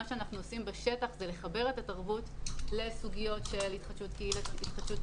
מה שאנחנו עושים בשטח זה לחבר את התרבות לסוגיות של התחדשות עירונית,